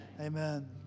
Amen